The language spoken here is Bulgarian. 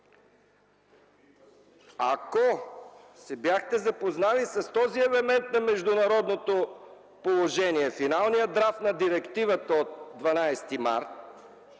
Ако се бяхте запознали с този елемент на международното положение – финалният драфт на директивата от 12 март,